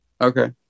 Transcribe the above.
okay